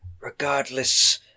regardless